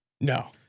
no